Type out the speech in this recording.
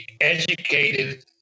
educated